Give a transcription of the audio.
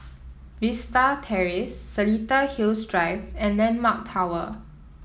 Vista Terrace Seletar Hills Drive and landmark Tower